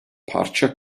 parça